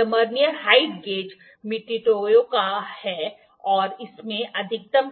यह vernier height gauge Mitutoyo का है और इसमें अधिकतम